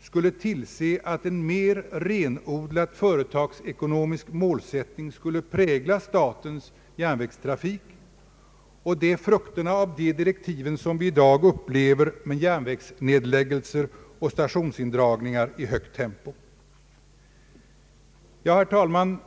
skulle tillse att en mer renodlat företagsekonomisk målsättning skulle prägla statens järnvägstrafik, och det är frukterna av de direktiven som vi i dag upplever med järnvägsnedläggelser och =<stationsindragningar i högt tempo. Herr talman!